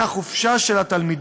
למספר ימי החופשה של התלמידים.